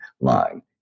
line